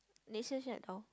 next year shut down